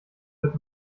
wird